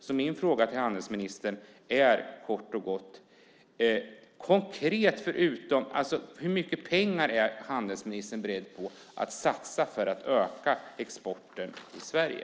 Så min fråga till handelsministern är kort och gott: Hur mycket pengar är handelsministern beredd att satsa för att öka exporten i Sverige?